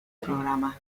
programa